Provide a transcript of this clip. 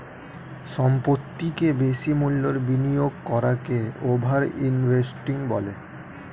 সম্পত্তিতে বেশি মূল্যের বিনিয়োগ করাকে ওভার ইনভেস্টিং বলে